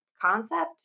concept